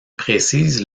précise